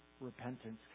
repentance